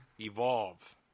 evolve